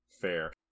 Fair